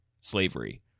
slavery